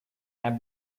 have